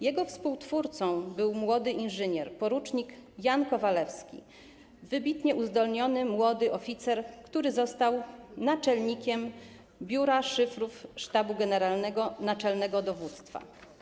Jego współtwórcą był młody inżynier, por. Jan Kowalewski - wybitnie uzdolniony młody oficer, który został naczelnikiem Biura Szyfrów Sztabu Generalnego Naczelnego Dowództwa.